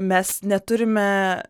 mes neturime